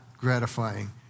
gratifying